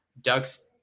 Duck's